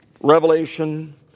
Revelation